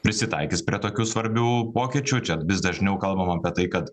prisitaikys prie tokių svarbių pokyčių čia vis dažniau kalbam apie tai kad